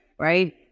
Right